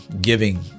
giving